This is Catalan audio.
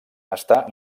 està